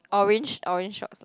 orange orange shorts lah